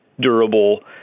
durable